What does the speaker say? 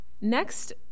Next